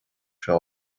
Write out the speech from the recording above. seo